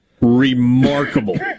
remarkable